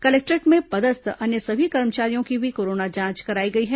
collectorate में पदस्थ अन्य सभी कर्मचारियों की भी कोरोना जांच कराई गई है